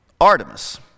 Artemis